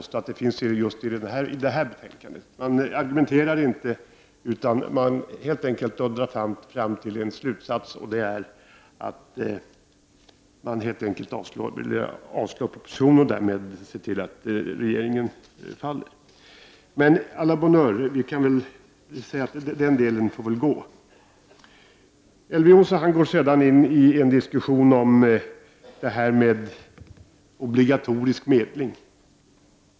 Utskottsmajoriteten argumenterar inte utan dundrar fram till en slutsats, och den är helt enkelt att man vill avslå propositionen och se till att regeringen faller. Men, å la bonne heure, vi kan väl säga att det får passera. Elver Jonsson går sedan in i en diskussion om obligatorisk medling.